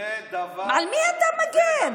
על מי אתה מגן?